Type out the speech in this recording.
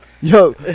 Yo